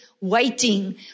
waiting